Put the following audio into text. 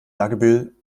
dagebüll